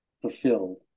fulfilled